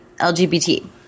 lgbt